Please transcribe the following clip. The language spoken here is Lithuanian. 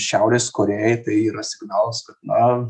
šiaurės korėjai tai yra signalas kad na